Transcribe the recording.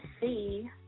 see